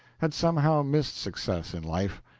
had somehow missed success in life.